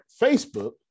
Facebook